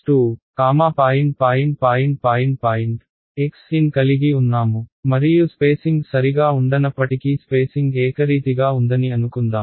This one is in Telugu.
xn కలిగి ఉన్నాము మరియు స్పేసింగ్ సరిగా ఉండనప్పటికీ స్పేసింగ్ ఏకరీతిగా ఉందని అనుకుందాం